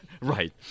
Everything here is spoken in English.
right